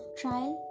trial